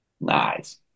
Nice